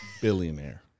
billionaire